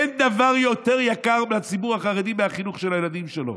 אין דבר יותר יקר לציבור החרדי מהחינוך של הילדים שלו.